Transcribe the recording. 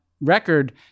record